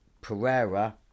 Pereira